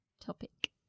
topic